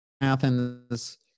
Athens